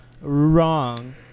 wrong